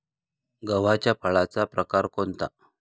गव्हाच्या फळाचा प्रकार कोणता?